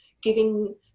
giving